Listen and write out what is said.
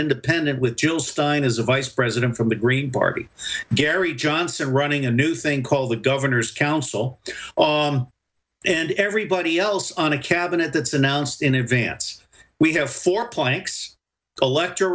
independent with jill stein is a vice president from the green party gary johnson running a new thing called the governor's council and everybody else on a cabinet that's announced in advance we have four planks elect